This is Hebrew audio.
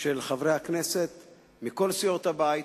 של חברי הכנסת מכל סיעות הבית,